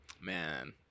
man